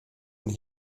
und